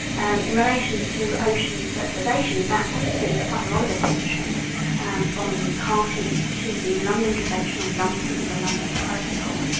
and in relation to ocean fertilisation, that's received quite a lot of attention from the parties to the london convention on dumping and the london protocol.